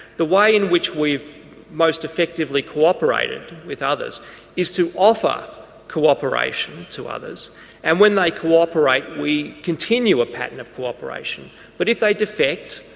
the way in which we've most effectively co-operated with others is to offer co-operation to others and when they co-operate we continue a pattern of co-operation but if they defect,